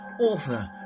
author